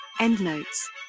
endnotes